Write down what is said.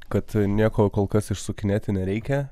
kad nieko kol kas išsukinėti nereikia